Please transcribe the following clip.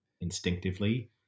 instinctively